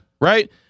right